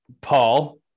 Paul